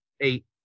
Eight